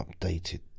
updated